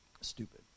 stupid